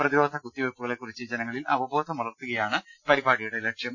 പ്രതിരോധ കുത്തിവെപ്പു കളെകുറിച്ച് ജനങ്ങളിൽ അവബോധം വളർത്തുകയാണ് പരിപാടിയുടെ ലക്ഷ്പ്രം